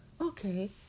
okay